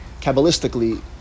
Kabbalistically